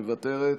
מוותרת,